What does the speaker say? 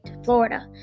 Florida